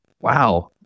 wow